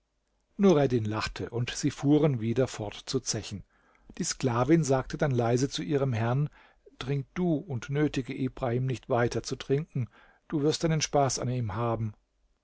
nureddin lachte und sie fuhren wieder fort zu zechen die sklavin sagte dann leise zu ihrem herrn trink du und nötige ibrahim nicht weiter zu trinken du wirst deinen spaß an ihm haben